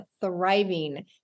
thriving